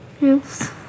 Yes